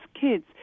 kids